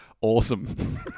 Awesome